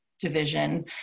division